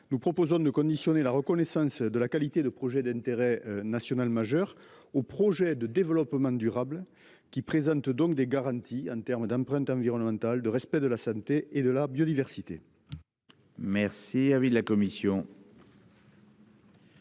Nous proposons de conditionner la reconnaissance de la qualité de projets d'intérêt national majeur au projet de développement durable qui. Donc des garanties en termes d'empreinte environnementale de respect de la santé et de la biodiversité. Merci. Avis de la commission.